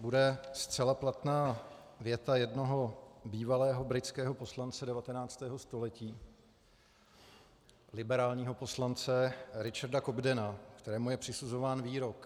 bude zcela platná věta jednoho bývalého britského poslance 19. století, liberálního poslance Richarda Cobdena, kterému je přisuzován výrok: